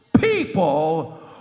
people